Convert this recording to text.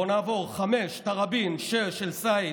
בואו נעבור: 5. תראבין, 6. א-סייד,